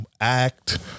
Act